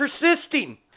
persisting